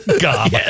God